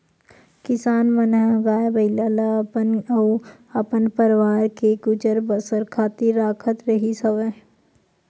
किसान मन ह गाय, बइला ल अपन अउ अपन परवार के गुजर बसर खातिर राखत रिहिस हवन